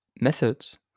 methods